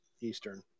Eastern